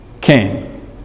came